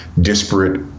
disparate